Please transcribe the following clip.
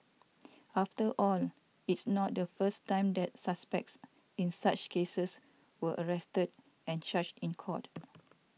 after all it's not the first time that suspects in such cases were arrested and charged in court